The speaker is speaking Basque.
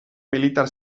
militar